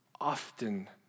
often